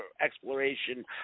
exploration